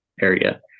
area